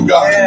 God